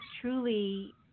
truly